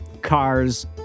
cars